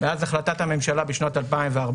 מאז החלטת הממשלה בשנת 2014,